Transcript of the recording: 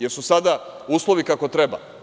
Da li su sada uslovi kako treba?